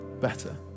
better